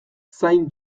zain